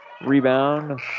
rebound